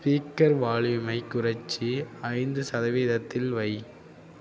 speaker வால்யூமை குறைத்து ஐந்து சதவீதத்தில் வை